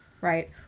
Right